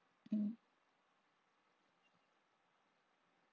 mm